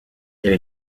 elle